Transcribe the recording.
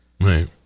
Right